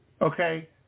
okay